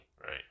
Right